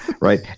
right